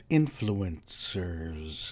influencers